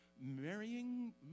marrying